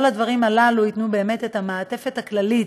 כל הדברים הללו ייתנו באמת את המעטפת הכללית,